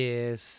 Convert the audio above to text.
Yes